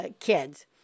kids